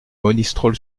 monistrol